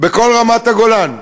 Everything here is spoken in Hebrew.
בכל רמת-הגולן,